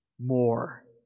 More